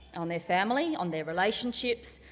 on their family, on their relationships,